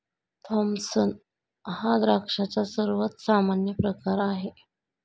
Thompson हा द्राक्षांचा सर्वात सामान्य प्रकार आहे